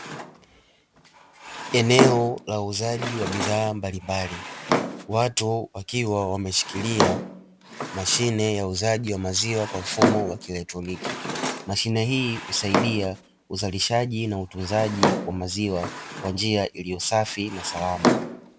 Eneo la uuzaji wa bidhaa mbalimbali watu wakiwa wameshikilia mashine ya uuzaji wa maziwa kwa mfumo wa kielectroniki. Mashine hii husaidia uzalishaji na utunzaji wa maziwa kwa njia iliyo safi na salama.